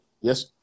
Yes